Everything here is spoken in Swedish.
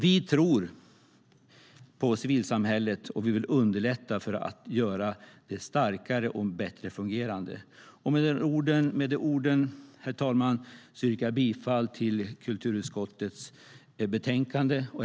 Vi tror på civilsamhället, och vi vill underlätta för att göra det starkare och bättre fungerande. Med de orden, herr talman, yrkar jag bifall till förslaget i kulturutskottets betänkande.